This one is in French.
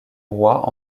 rois